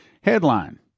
Headline